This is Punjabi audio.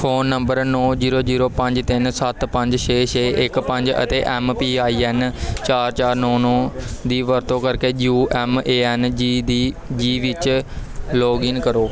ਫੋਨ ਨੰਬਰ ਨੌਂ ਜ਼ੀਰੋ ਜ਼ੀਰੋ ਪੰਜ ਤਿੰਨ ਸੱਤ ਪੰਜ ਛੇ ਛੇ ਇੱਕ ਪੰਜ ਅਤੇ ਐੱਮ ਪੀ ਆਈ ਐੱਨ ਚਾਰ ਚਾਰ ਨੌਂ ਨੌਂ ਦੀ ਵਰਤੋਂ ਕਰਕੇ U M A N G ਦੀ ਜੀ ਵਿੱਚ ਲੌਗਇਨ ਕਰੋ